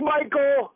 Michael